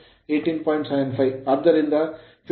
ಆದ್ದರಿಂದ 1530018